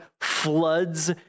floods